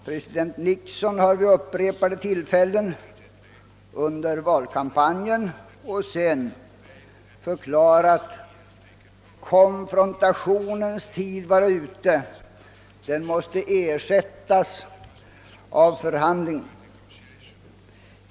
President Nixon har vid upprepade tillfällen under valkampanjen och senare förklarat, att konfrontationens tid är förbi och att den måste ersättas med förhandling.